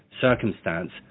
circumstance